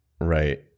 Right